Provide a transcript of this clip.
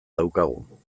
daukagu